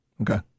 Okay